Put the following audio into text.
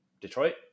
Detroit